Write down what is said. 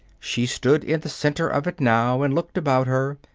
she stood in the center of it now and looked about her,